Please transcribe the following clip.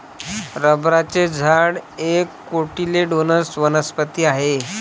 रबराचे झाड एक कोटिलेडोनस वनस्पती आहे